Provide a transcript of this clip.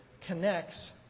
connects